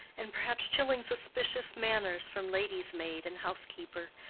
and perhaps chilling suspicious manners from lady's maid and housekeeper,